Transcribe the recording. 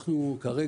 בספטמבר